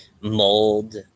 mold